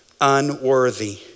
unworthy